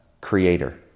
creator